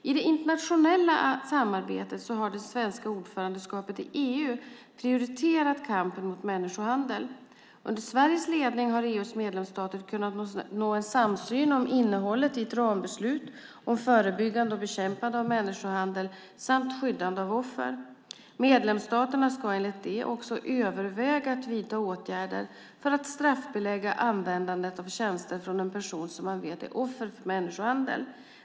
I det internationella samarbetet har det svenska ordförandeskapet i EU prioriterat kampen mot människohandel. Under Sveriges ledning har EU:s medlemsstater kunnat nå samsyn om innehållet i ett rambeslut om förebyggande och bekämpande av människohandel samt skyddande av offer. Medlemsstaterna ska enligt detta också överväga att vidta åtgärder för att straffbelägga användandet av tjänster från en person som man vet är offer för människohandel.